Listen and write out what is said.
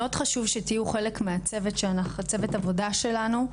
מאוד חשוב שתהיו חלק מצוות העבודה שלנו.